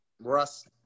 Russ